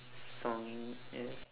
songing yes